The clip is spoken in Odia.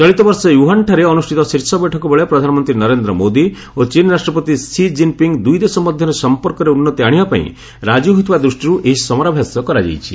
ଚଳିତବର୍ଷ ୟୁହାନ୍ଠାରେ ଅନୁଷ୍ଠିତ ଶୀର୍ଷ ବୈଠକ ବେଳେ ପ୍ରଧାନମନ୍ତ୍ରୀ ନରେନ୍ଦ୍ର ମୋଦି ଓ ଚୀନ୍ ରାଷ୍ଟ୍ରପତି ସି ଜିନ୍ପିଙ୍ଗ୍ ଦୁଇ ଦେଶ ମଧ୍ୟରେ ସଂପର୍କରେ ଉନ୍ନତି ଆଣିବା ପାଇଁ ରାଜି ହୋଇଥିବା ଦୃଷ୍ଟିରୁ ଏହି ସମରାଭ୍ୟାସ କରାଯାଇଛି